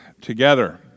together